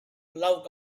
love